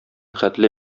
хәтле